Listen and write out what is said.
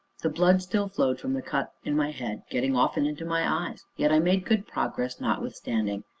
the blood still flowed from the cut in my head, getting often into my eyes, yet i made good progress notwithstanding.